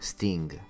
Sting